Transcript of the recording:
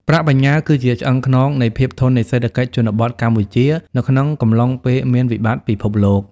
ប្រាក់បញ្ញើគឺជា "ឆ្អឹងខ្នង" នៃភាពធន់នៃសេដ្ឋកិច្ចជនបទកម្ពុជានៅក្នុងកំឡុងពេលមានវិបត្តិពិភពលោក។